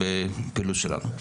בפעילות שלנו.